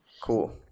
Cool